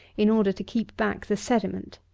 in order to keep back the sediment.